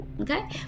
Okay